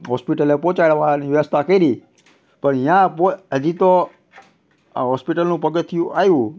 હોસ્પિટલે પહોંચાડવાની વ્યવસ્થા કરી પણ ત્યાં હજી તો આ હોસ્પિટલનું પગથિયું આવ્યું